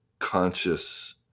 conscious